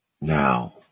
Now